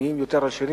נהיים יותר עשירים,